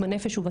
כמו שאמרה